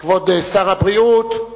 כבוד שר הבריאות,